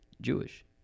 Jewish